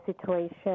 situation